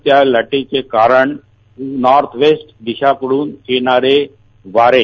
त्या लाटेचं कारण नॉर्थ वेस्ट दिशांकडून येणारे वाटे